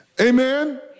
Amen